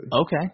Okay